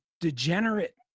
degenerate